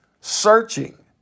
searching